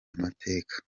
amateka